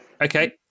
Okay